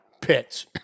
pits